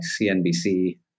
CNBC